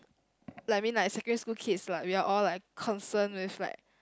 like mean like secondary school kids lah we are all like concern with like